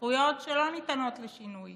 זכויות שלא ניתנות לשינוי